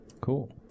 Cool